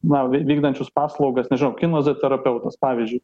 na vy vykdančius paslaugas nežinau kineziterapeutas pavyzdžiui